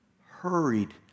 hurried